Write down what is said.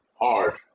hard